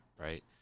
right